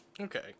Okay